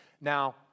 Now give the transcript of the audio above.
Now